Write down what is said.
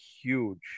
huge